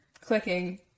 clicking